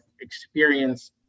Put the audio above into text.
experience